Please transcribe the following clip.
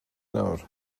nawr